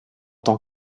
tant